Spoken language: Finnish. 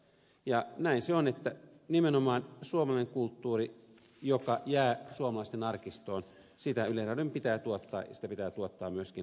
näin se on että nimenomaan suomalaista kulttuuria joka jää suomalaisten arkistoon yleisradion pitää tuottaa ja sitä pitää tuottaa myöskin kattavasti